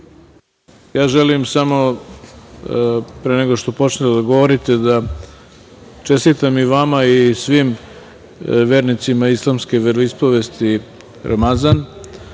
Zukorlić. Pre nego što počnete da govorite, želim da čestitam i vama i svim vernicima islamske veroispovesti Ramazan,